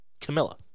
Camilla